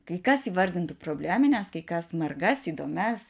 kai kas įvardintų problemines kai kas margas įdomias